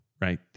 right